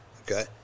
Okay